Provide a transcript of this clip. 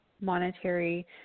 monetary